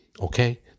Okay